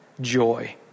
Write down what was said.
joy